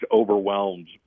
overwhelmed